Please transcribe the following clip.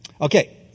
Okay